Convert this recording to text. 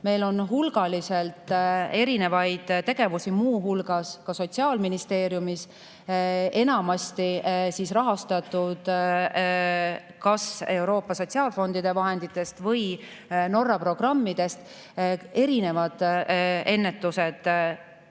Meil on hulgaliselt erinevaid tegevusi, muu hulgas ka Sotsiaalministeeriumis, mis on enamasti rahastatud kas Euroopa sotsiaalfondide vahenditest või Norra programmidest, erinevaid ennetusi –